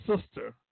sister